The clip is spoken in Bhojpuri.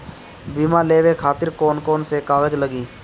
बीमा लेवे खातिर कौन कौन से कागज लगी?